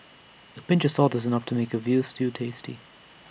A pinch of salt is enough to make A Veal Stew tasty